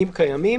אם קיימים.